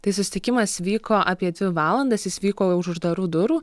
tai susitikimas vyko apie dvi valandas jis vyko už uždarų durų